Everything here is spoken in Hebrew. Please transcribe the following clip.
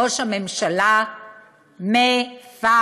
ראש הממשלה מ-פ-חד,